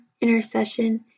intercession